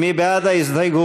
מי בעד ההסתייגות?